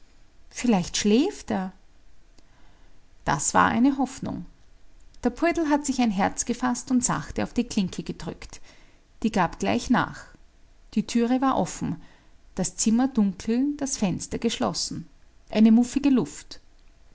vielleicht schläft er das war eine hoffnung der poldl hat sich ein herz gefaßt und sachte auf die klinke gedrückt die gab gleich nach die türe war offen das zimmer dunkel das fenster geschlossen eine muffige luft